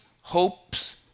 hopes